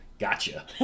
gotcha